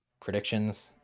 predictions